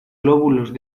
lóbulos